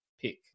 pick